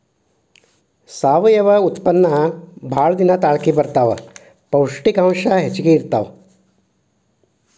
ಸಾವಯುವ ಉತ್ಪನ್ನಾ ಬಾಳ ದಿನಾ ತಾಳಕಿ ಬರತಾವ, ಪೌಷ್ಟಿಕಾಂಶ ಹೆಚ್ಚ ಇರತಾವ